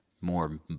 more